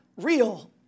real